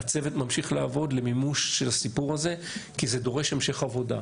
הצוות ממשיך לעבוד למימוש הסיפור הזה כי זה דורש המשך עבודה.